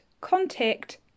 contact